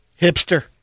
hipster